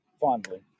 fondly